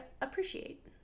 appreciate